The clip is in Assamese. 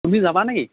তুমি যাবা নে কি